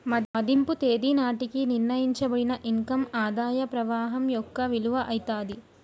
మదింపు తేదీ నాటికి నిర్ణయించబడిన ఇన్ కమ్ ఆదాయ ప్రవాహం యొక్క విలువ అయితాది